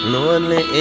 Lonely